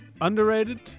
underrated